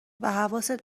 حواست